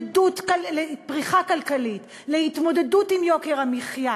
לפריחה כלכלית, להתמודדות עם יוקר המחיה.